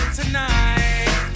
tonight